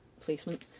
placement